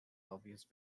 obvious